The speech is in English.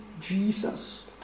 Jesus